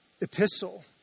epistle